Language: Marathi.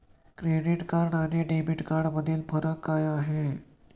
क्रेडिट कार्ड आणि डेबिट कार्डमधील फरक काय आहे?